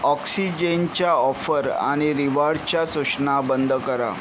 ऑक्सिजेनच्या offer आणि रिवॉर्डच्या सूशना बंद करा